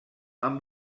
amb